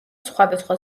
სხვადასხვა